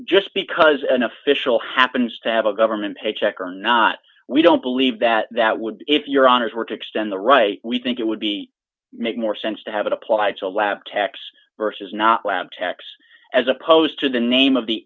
just because an official happens to have a government paycheck or not we don't believe that that would if your honour's were to extend the right we think it would be make more sense to have it applied to a lab techs versus not lab techs as opposed to the name of the